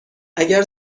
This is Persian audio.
اگر